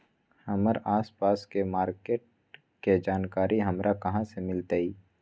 हमर आसपास के मार्किट के जानकारी हमरा कहाँ से मिताई?